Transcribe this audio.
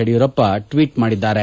Yediyurappa tweet ಮಾಡಿದ್ದಾರೆ